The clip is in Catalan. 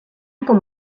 com